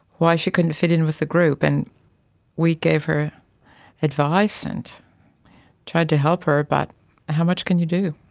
why she couldn't fit in with the group. and we gave her advice and tried to help her, but how much can you do?